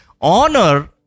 Honor